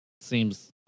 seems